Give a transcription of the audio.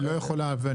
היא לא יכולה לענות,